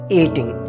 eating